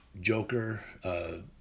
joker